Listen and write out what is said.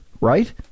Right